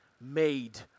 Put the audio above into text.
made